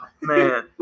man